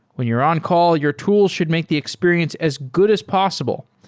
when you're on-call, your tool should make the experience as good as possible,